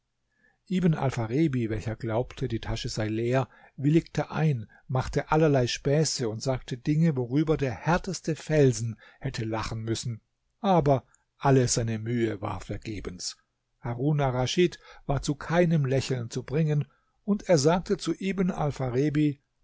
ibn alpharebi welcher glaubte die tasche sei leer willigte ein machte allerlei spässe und sagte dinge worüber der härteste felsen hätte lachen müssen aber alle seine mühe war vergebens harun arraschid war zu keinem lächeln zu bringen und er sagte zu ibn